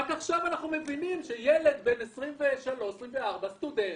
רק עכשיו אנחנו מבינים שילד בן 23,24, סטודנט,